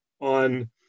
on